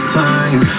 time